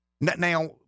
Now